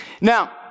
Now